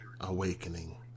awakening